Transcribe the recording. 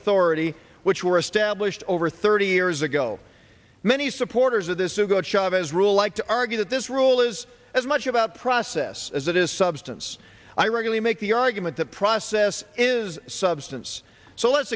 authority which were established over thirty years ago many supporters of this to go to chavez rule like to argue that this rule is as much about process as it is substance i regularly make the argument that process is substance so let's